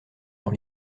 dans